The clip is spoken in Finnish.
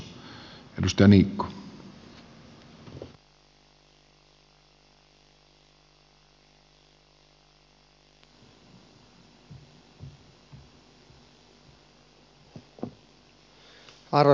arvoisa puhemies